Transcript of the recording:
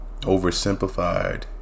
Oversimplified